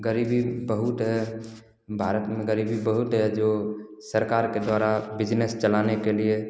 गरीबी बहुत है भारत में गरीबी बहुत है जो सरकार के द्वारा बिजनेस चलने के लिए